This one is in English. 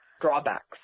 drawbacks